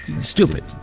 stupid